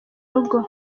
rugo